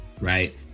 right